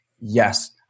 yes